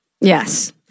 Yes